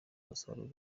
umusaruro